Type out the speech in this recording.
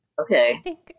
okay